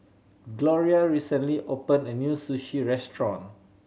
Gloria recently open a new Sushi Restaurant